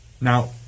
Now